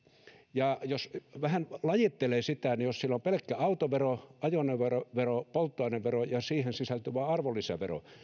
ja jos vähän lajittelee sitä niin jos siellä on pelkkä autovero ajoneuvovero polttoainevero ja siihen sisältyvä arvonlisävero